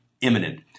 imminent